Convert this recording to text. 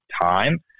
time